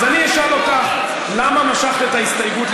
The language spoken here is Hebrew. אז אני אשאל אותך: למה משכת את ההסתייגות,